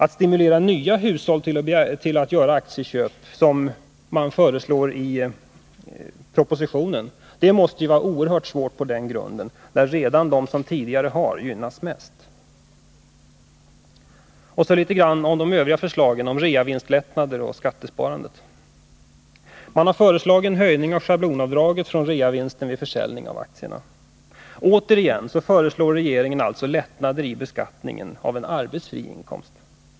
Att stimulera nya hushåll att göra aktieköp, som föreslås i propositionen, måste vara oerhört svårt när det är de som tidigare har som gynnas mest. Så vill jag kommentera de övriga förslagen om reavinstlättnader och skattesparande litet grand. Man har föreslagit en höjning av schablonavdraget från reavinsten vid försäljning av aktier. Återigen föreslår alltså regeringen lättnader i beskattningen av en arbetsfri inkomst.